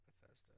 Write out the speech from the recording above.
Bethesda